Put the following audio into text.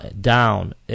down